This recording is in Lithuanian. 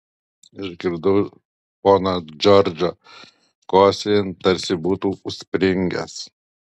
išgirdau poną džordžą kosėjant tarsi būtų užspringęs